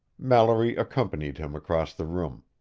mallory accompanied him across the room.